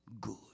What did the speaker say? good